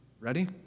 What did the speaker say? Ready